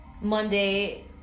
Monday